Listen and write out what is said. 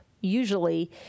usually